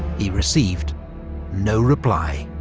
he received no reply.